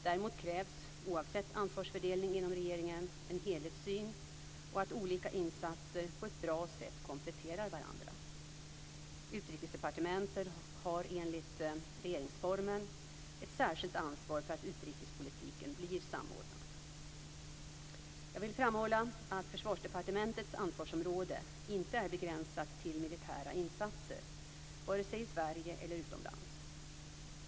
Däremot krävs, oavsett ansvarsfördelningen inom regeringen, en helhetssyn och att olika insatser på ett bra sätt kompletterar varandra. Utrikesdepartementet har enligt regeringsformen ett särskilt ansvar för att utrikespolitiken blir samordnad. Jag vill framhålla att Försvarsdepartementets ansvarsområde inte är begränsat till militära insatser, vare sig i Sverige eller utomlands.